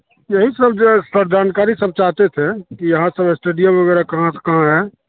यही सब जो है सर जानकारी सब चाहते थे कि यहाँ सब स्टेडियम वगैरह कहाँ से कहाँ है